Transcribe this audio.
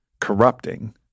corrupting